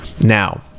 Now